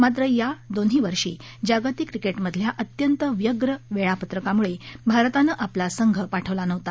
मात्र या दोन्ही वर्षी जागतिक क्रिकेटमधल्या अत्यंत व्यग्र वेळापत्रकाम्ळे भारतानं आपला संघ पाठवला नव्हता